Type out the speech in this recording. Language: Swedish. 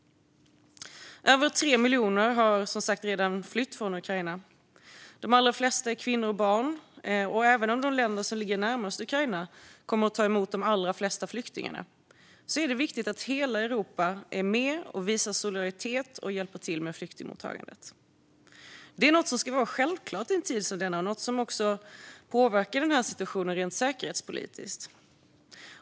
Över 3 miljoner människor har hittills flytt från Ukraina. De allra flesta är kvinnor och barn, och även om länderna närmast Ukraina kommer att ta emot de allra flesta flyktingarna är det viktigt att hela Europa är med och visar solidaritet och hjälper till med flyktingmottagandet. Det är något som ska vara självklart i en tid som denna och något som också påverkar situationen rent säkerhetspolitiskt.